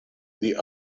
the